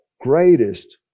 greatest